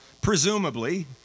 presumably